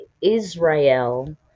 Israel